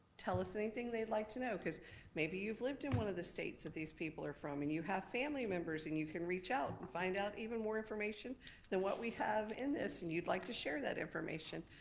tell us anything they'd like to know, cause maybe you've lived in one of the states that these people are from, and you have family members and you can reach out and find out even more information than what we have in this, and you'd like to share that information.